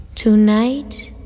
Tonight